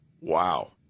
Wow